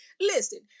Listen